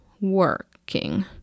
working